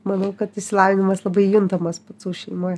manau kad išsilavinimas labai juntamas pacų šeimoj